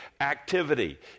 activity